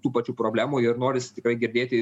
tų pačių problemų ir norisi tikrai girdėti